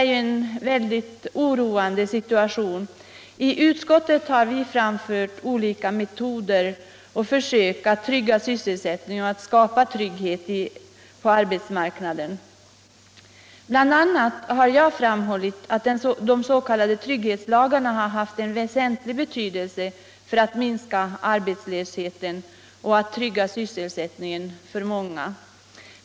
Situationen är djupt oroande. I utskottet har talats om olika metoder och försök att trygga sysselsättning och i övrigt skapa trygghet på arbetsmarknaden. BI. a. har jag framhållit att de s.k. trygghetslagarna har haft en väsentlig betydelse för att minska arbetslösheten hos oss och trygga sysselsättningen för många.